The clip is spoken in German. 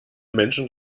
menschen